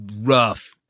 rough